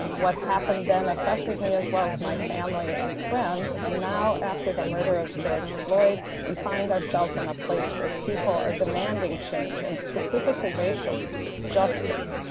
what happened then affected me as well as my family and friends. and now, after the murder of george floyd, we find ourselves in a place where people are demanding change, and specifically racial justice.